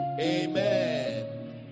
Amen